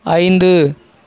ஐந்து